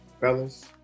Fellas